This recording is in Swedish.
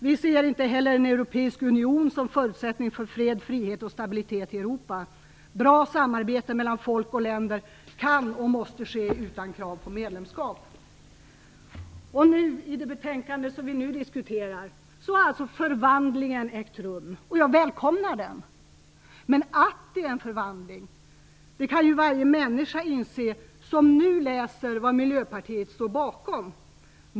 Vi ser inte heller en Europeisk union som förutsättning för fred, frihet och stabilitet i Europa. Bra samarbete mellan folk och länder kan och måste ske utan krav på medlemskap." I det betänkande som vi nu diskuterar har alltså förvandlingen ägt rum. Och jag välkomnar den. Men att det är en förvandling kan ju varje människa inse som nu läser vad Miljöpartiet står bakom.